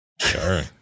Sure